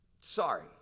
Sorry